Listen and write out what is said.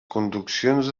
conduccions